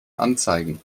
anzeigen